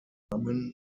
damen